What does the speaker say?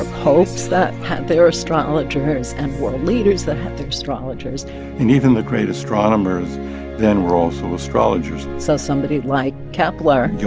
ah popes that had their astrologers and world leaders that had their astrologers and even the great astronomers then were also astrologers so somebody like kepler.